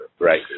right